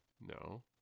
No